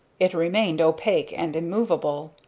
it remained opaque and immovable.